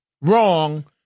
wrong